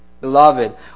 Beloved